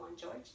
George